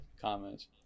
comments